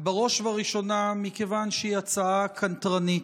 בראש וראשונה מכיוון שהיא הצעה קנטרנית.